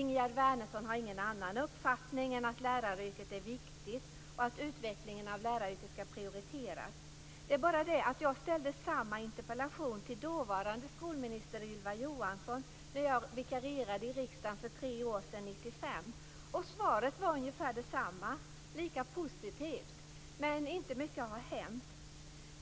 Ingegerd Wärnersson har ingen annan uppfattning än att läraryrket är viktigt och att utvecklingen av läraryrket skall prioriteras. Det är bara det att jag framställde samma interpellation till dåvarande skolminister Ylva Johansson när jag vikarierade i riksdagen för tre år sedan, 1995. Svaret var då ungefär detsamma, lika positivt, men inte mycket har hänt.